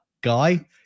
guy